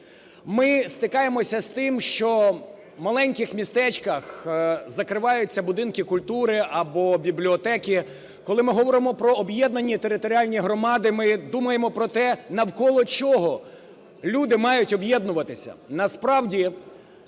ми стикаємося з тим, що в маленьких містечках закриваються будинки культури або бібліотеки. Коли ми говоримо про об’єднані територіальні громади, ми думаємо про те, навколо чого люди мають об’єднуватися.